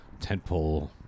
tentpole